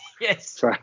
Yes